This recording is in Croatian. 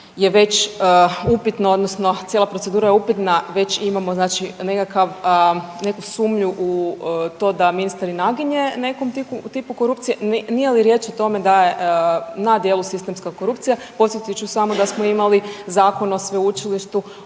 je već upitno odnosno cijela procedura je upitna znači već imamo neku sumnju u to da ministar i naginje nekom tipu korupcije, nije li riječ o tome da je na djelu sistemska korupcija. Podsjetit ću samo da smo imali Zakon o sveučilištu,